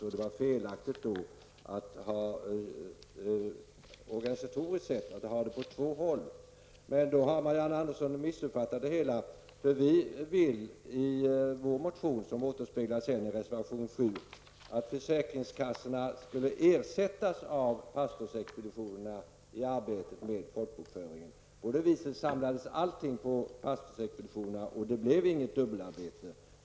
Hon menade att det var organisatoriskt felaktigt att sköta sådant på två håll. Men då har hon missuppfattat det hela. I vår motion, som återspeglas i reservation 7, säger vi att försäkringskassorna skall ersättas av pastorsexpeditionerna i arbetet med folkbokföring. På det viset samlas allt på pastorsexpeditionerna, och det blir inget dubbelarbete.